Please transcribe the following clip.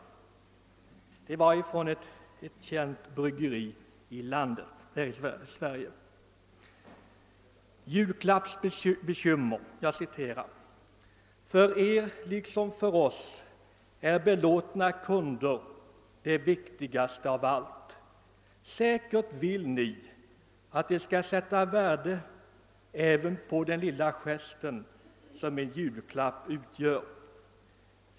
Brevet, som kom från ett känt bryggeri i Sverige, var försett med rubriken »Julklappsbekymmer?» Jag citerar: »För Er liksom för oss är belåtna kunder det viktigaste av allt. Säkert vill Ni, att de skall sätta värde även på den lilla gesten, som en julklapp utgör.